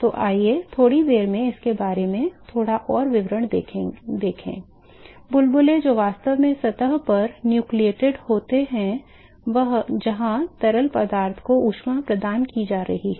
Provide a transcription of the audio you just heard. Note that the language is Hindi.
तो आइए थोड़ी देर में इसके बारे में थोड़ा और विवरण देखें बुलबुले जो वास्तव में सतह पर न्यूक्लियेटेड होते हैं जहां तरल पदार्थ को ऊष्मा प्रदान की जा रही है